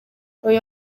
uyu